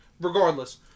Regardless